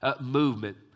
movement